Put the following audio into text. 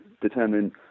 determine